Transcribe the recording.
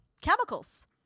Chemicals